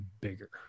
bigger